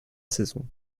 saison